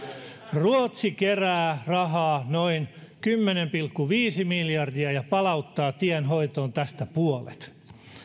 ruotsi kerää rahaa noin kymmenen pilkku viisi miljardia ja palauttaa tienhoitoon tästä puolet